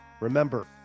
remember